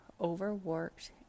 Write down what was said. overworked